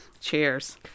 cheers